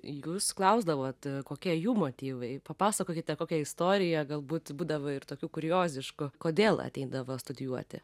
jūs klausdavot kokie jų motyvai papasakokite kokią istoriją galbūt būdavo ir tokių kurioziškų kodėl ateidavo studijuoti